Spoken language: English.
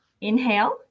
Inhale